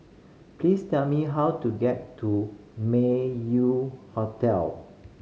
please tell me how to get to Meng Yew Hotel